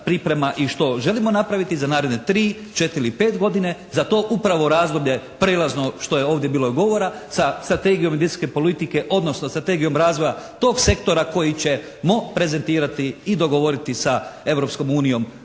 i što želimo napraviti za naredne 3, 4 ili 5 godine. Za to upravo razdoblje prijelazno što je ovdje bilo govora sa strategijom energetske politike odnosno strategijom razvoja tog sektora koji ćemo prezentirati i dogovoriti sa